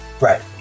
right